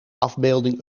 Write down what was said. afbeelding